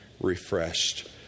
refreshed